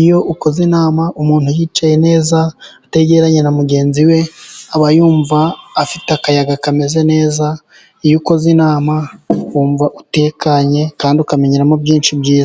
iyo ukoze inama umuntu yicaye neza ategeranye na mugenzi we aba yumva afite akayaga kameze neza, iyo ukoze inama wumva utekanye kandi ukamenyeramo byinshi byiza.